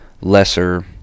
lesser